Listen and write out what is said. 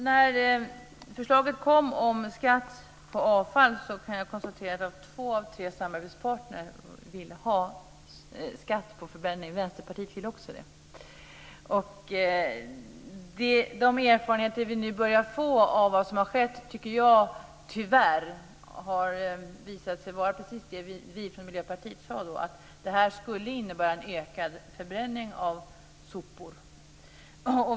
Herr talman! När förslaget om skatt på avfall kom ville två av de tre samarbetspartierna ha en skatt på förbränning. Vänsterpartiet ville också det. De erfarenheter vi nu börjar få av det som har skett tycker jag tyvärr visar precis det som vi i Miljöpartiet sade då, nämligen att detta skulle innebära en ökad förbränning av sopor.